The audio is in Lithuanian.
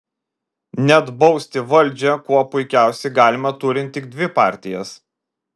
net bausti valdžią kuo puikiausiai galima turint tik dvi partijas